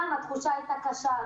התחושה הייתה קשה,